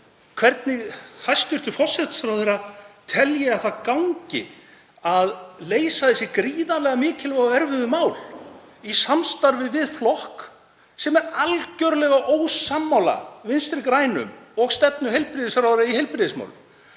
Hvernig telur hæstv. forsætisráðherra að það gangi að leysa þessi gríðarlega mikilvægu og erfiðu mál í samstarfi við flokk sem er algerlega ósammála Vinstri grænum og stefnu heilbrigðisráðherra í heilbrigðismálum?